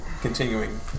continuing